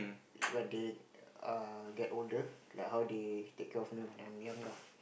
when they uh get older like how they take care of me when I'm young lah